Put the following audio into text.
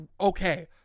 Okay